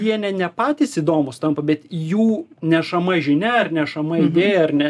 jie ne ne patys įdomūs tampa bet jų nešama žinia ar nešama idėja ar ne